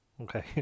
Okay